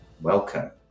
Welcome